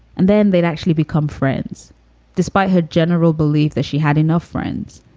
and then they'd actually become friends despite her general belief that she had enough friends,